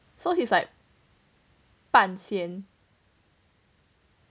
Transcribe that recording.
so he's like 半仙